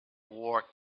wore